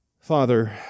Father